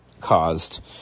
caused